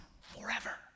forever